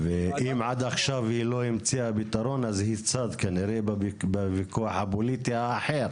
ואם עד עכשיו היא לא המציאה פתרון אז היא צד כנראה בוויכוח הפוליטי האחר